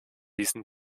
diesen